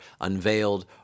unveiled